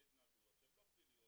לא פליליות.